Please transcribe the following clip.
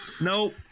Nope